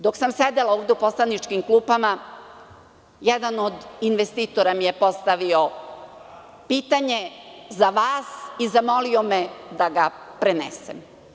Dok sam sedela ovde u poslaničkim klupama jedan od investitora mi je postavio pitanje za vas i zamolio me da ga prenesem.